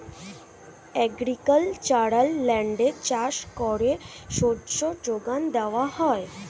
agricultural ল্যান্ডে চাষ করে শস্য যোগান দেওয়া হয়